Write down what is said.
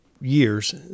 years